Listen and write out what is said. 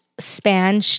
span